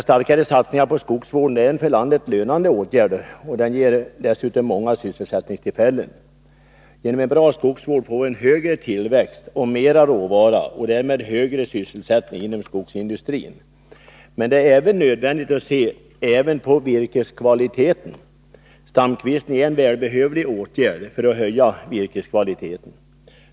Starkare satsningar på skogsvården är en för landet lönande åtgärd och ger Nr 159 dessutom många sysselsättningstillfällen. Genom en bra skogsvård får vi en Måndagen den högre tillväxt och mera råvara och därmed högre sysselsättning inom 30 maj 1983 skogsindustrin. Men det är nödvändigt att se även på virkeskvaliteten. Stamkvistning ären Om stamkvistning välbehövlig åtgärd för att höja virkeskvaliteten.